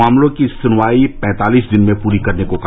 मामलों की सुनवाई पैंतालिस दिन में पूरी करने को कहा